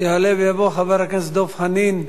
יעלה ויבוא חבר הכנסת דב חנין,